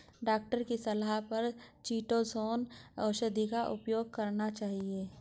doctor की सलाह पर चीटोसोंन औषधि का उपयोग करना चाहिए